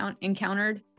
encountered